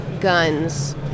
guns